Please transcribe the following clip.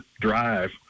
drive